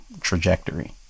trajectory